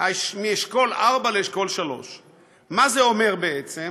מאשכול 4 לאשכול 3. מה זה אומר, בעצם?